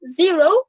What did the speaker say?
zero